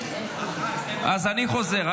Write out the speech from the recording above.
אז אני חוזר.